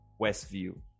Westview